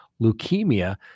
leukemia